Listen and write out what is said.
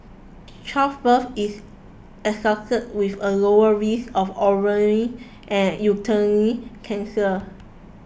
childbirth is associated with a lower risk of ovarian and uterine cancer